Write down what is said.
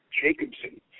Jacobson